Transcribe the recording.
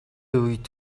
үед